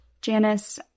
Janice